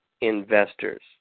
investors